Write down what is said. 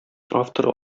автор